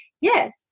Yes